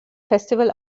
festival